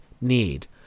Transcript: need